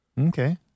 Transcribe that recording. Okay